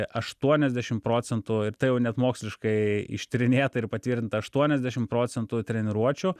aštuoniasdešimt procentų ir tai jau net moksliškai ištyrinėta ir patvirtinta aštuoniasdešimt procentų treniruočių